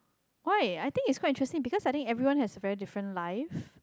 why I think is quite interesting because I think everyone has very different life